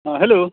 हँ हेलो